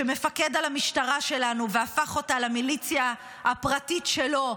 שמפקד על המשטרה שלנו והפך אותה למיליציה הפרטית שלו,